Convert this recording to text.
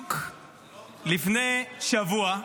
בדיוק לפני שבוע,